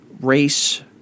race